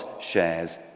shares